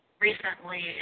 recently